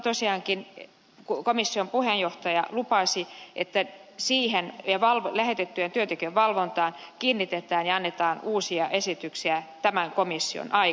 tosiaankin komission puheenjohtaja lupasi että siihen ja lähetettyjen työntekijöiden valvontaan kiinnitetään huomiota ja annetaan uusia esityksiä tämän komission aikana